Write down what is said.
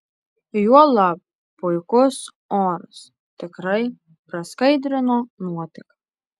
juolab puikus oras tikrai praskaidrino nuotaiką